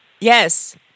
Yes